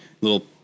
little